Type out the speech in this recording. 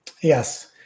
Yes